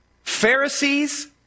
Pharisees